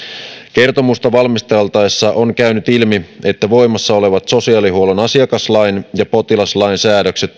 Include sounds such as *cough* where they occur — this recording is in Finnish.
kertomusta valmisteltaessa on käynyt ilmi että voimassa olevat sosiaalihuollon asiakaslain ja potilaslain säädökset *unintelligible*